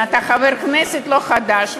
אתה חבר כנסת לא חדש,